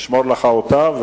נשמור לך אותה,